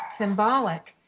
symbolic